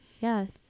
Yes